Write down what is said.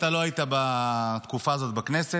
אתה לא היית בתקופה הזאת בכנסת,